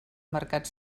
mercat